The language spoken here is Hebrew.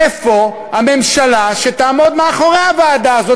איפה הממשלה שתעמוד מאחורי הוועדה הזאת?